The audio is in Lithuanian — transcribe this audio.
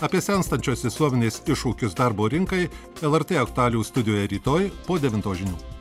apie senstančios visuomenės iššūkius darbo rinkai lrt aktualijų studijoje rytoj po devintos žinių